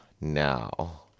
now